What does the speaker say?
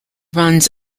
runs